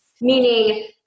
meaning